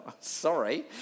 sorry